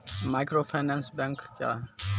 Microfinance bank क्या हैं?